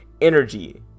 energy